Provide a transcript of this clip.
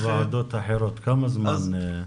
סעדי.